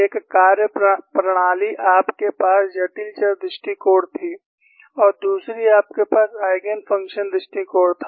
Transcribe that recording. एक कार्यप्रणाली आपके पास जटिल चर दृष्टिकोण थी और दूसरी आपके पास आइगेन फ़ंक्शन दृष्टिकोण था